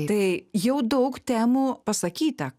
tai jau daug temų pasakyta